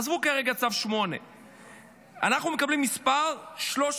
עזבו כרגע צו 8. אנחנו מקבלים את המספר 13,035,